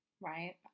Right